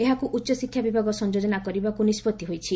ଏହାକୁ ଉଚ୍ଚଶିକ୍ଷା ବିଭାଗ ସଂଯୋଜନା କରିବାକୁ ନିଷ୍ବଭି ହୋଇଛି